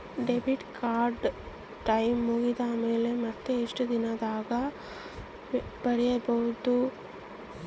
Debit card time ಮುಗಿದ ಮೇಲೆ ಮತ್ತೆ ಎಷ್ಟು ದಿನದಾಗ ಪಡೇಬೋದು?